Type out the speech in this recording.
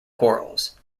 quarrels